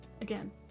again